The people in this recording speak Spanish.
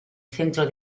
centro